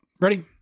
Ready